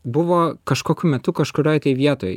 buvo kažkokiu metu kažkurioj tai vietoj ir